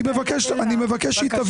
אני מבקש שהיא תבהיר.